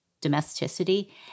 domesticity